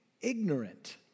ignorant